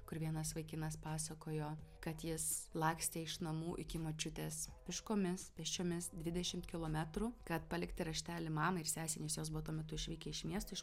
kur vienas vaikinas pasakojo kad jis lakstė iš namų iki močiutės pėškomis pėsčiomis dvidešimt kilometrų kad palikti raštelį mamai ir sesei nes jos buvo tuo metu išvykę iš miesto iš